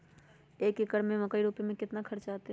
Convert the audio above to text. एक एकर में मकई रोपे में कितना खर्च अतै?